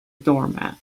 doormat